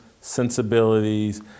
sensibilities